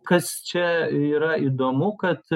kas čia yra įdomu kad